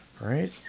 right